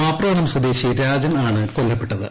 മാപ്രാണം സ്വദേശി രാജൻ ആണ് കൊല്ലപ്പെട്ടത്